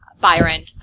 Byron